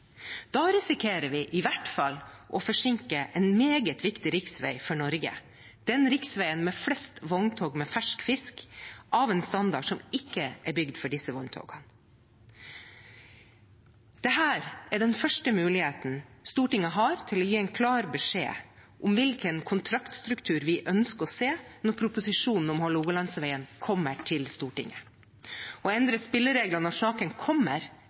Da risikerer vi i hvert fall å forsinke en meget viktig riksvei for Norge – den riksveien med flest vogntog med fersk fisk, av en standard som ikke er bygd for disse vogntogene. Dette er den første muligheten Stortinget har til å gi en klar beskjed om hvilken kontraktstruktur vi ønsker å se når proposisjonen om Hålogalandsvegen kommer til Stortinget. Å endre spillereglene når saken kommer,